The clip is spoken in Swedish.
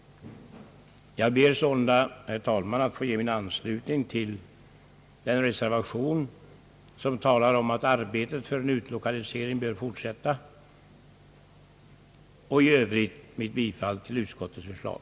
Jag ber sålunda, herr talman, att få ge min anslutning till den reservation som talar om att arbetet för en utlokalisering bör fortsätta. I övrigt yrkar jag bifall till utskottets förslag.